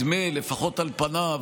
לפחות על פניו,